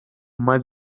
más